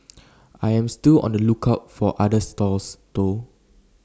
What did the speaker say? I am still on the lookout for other stalls though